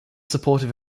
supportive